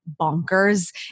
bonkers